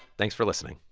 thanks for listening